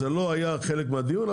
זה לא היה חלק מהדיון,